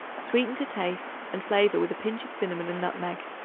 sweeten to taste and flavor with a pinch of cinnamon and nutmeg.